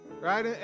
Right